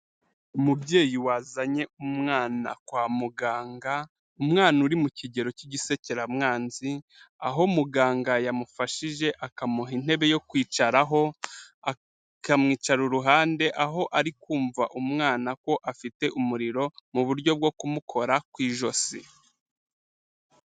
Umubyeyi wazanye umwana kwa muganga, umwana uri mu kigero cy'igisekeramwanzi, aho muganga yamufashije akamuha intebe yo kwicaraho, akamwicara iruhande aho ari kumva umwana ko afite umuriro mu buryo bwo kumukora ku ijosi.